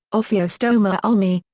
ophiostoma ulmi,